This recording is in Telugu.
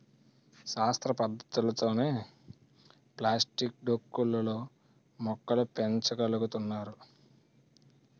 శాస్త్ర పద్ధతులతోనే ప్లాస్టిక్ డొక్కు లో మొక్కలు పెంచ గలుగుతున్నారు